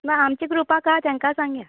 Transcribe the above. ना आमचे ग्रुपा हां तेंका सांगया